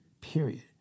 Period